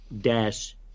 Dash